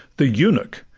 the eunuch,